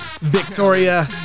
Victoria